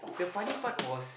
the funny part was